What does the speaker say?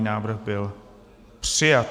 Návrh byl přijat.